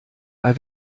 bei